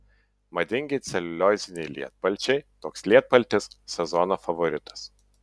madingi celiulioziniai lietpalčiai toks lietpaltis sezono favoritas